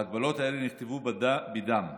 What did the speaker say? ההגבלות האלה נכתבו בדם.